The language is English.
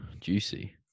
juicy